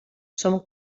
són